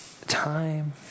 Time